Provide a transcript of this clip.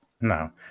No